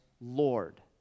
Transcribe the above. Lord